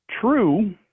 True